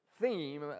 theme